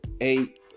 eight